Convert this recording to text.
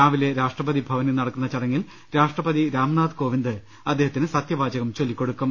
രാവിലെ രാഷ്ട്രപതി ഭവനിൽ നടക്കുന്ന ചടങ്ങിൽ രാഷ്ട്ര പതി രാംനാഥ് കോവിന്ദ് അദ്ദേഹത്തിന് സത്യവാചകം ചൊല്ലിക്കൊടുക്കും